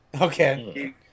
Okay